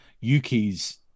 Yuki's